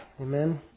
Amen